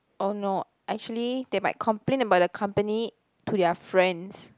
orh no actually they might complain about the company to their friends